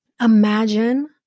imagine